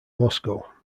moscow